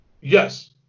yes